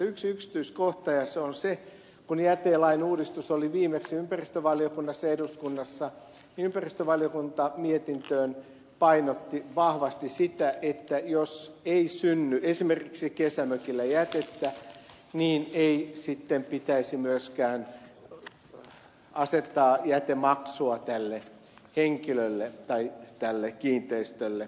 yksi yksityiskohta ja se on se että kun jätelain uudistus oli viimeksi ympäristövaliokunnassa eduskunnassa niin ympäristövaliokunta mietinnössä painotti vahvasti sitä että jos ei synny esimerkiksi kesämökillä jätettä niin ei sitten pitäisi myöskään asettaa jätemaksua tälle henkilölle tai tälle kiinteistölle